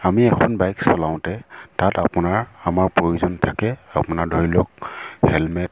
আমি এখন বাইক চলাওঁতে তাত আপোনাৰ আমাৰ প্ৰয়োজন থাকে আপোনাৰ ধৰি লওক হেলমেট